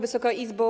Wysoka Izbo!